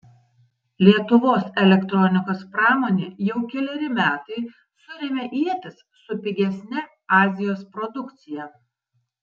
lietuvos elektronikos pramonė jau keleri metai suremia ietis su pigesne azijos produkcija